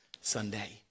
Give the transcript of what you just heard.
Sunday